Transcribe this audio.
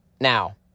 now